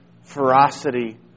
ferocity